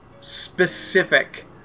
specific